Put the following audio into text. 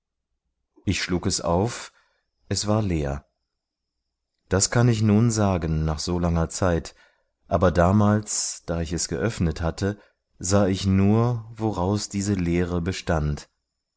ich schlug es auf es war leer das kann ich nun sagen nach so langer zeit aber damals da ich es geöffnet hatte sah ich nur woraus diese leere bestand